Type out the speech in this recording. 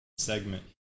Segment